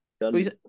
done